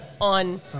on